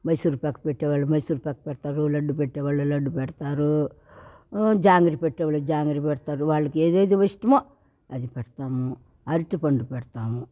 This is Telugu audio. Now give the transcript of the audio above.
మైసూర్ పాక్ పెట్టే వాళ్ళు మైసూర్ పాక్ పెడతారు లడ్డు పెట్టే వాళ్ళు లడ్డు పెడతారు జాంగ్రీ పెట్టేవాళ్ళు జాంగ్రీ పెడతారు వాళ్ళకి ఏదేది ఇష్టమో అది పెడతాము అరటి పండు పెడతాము